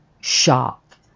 shock